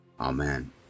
Amen